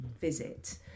visit